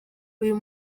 uyu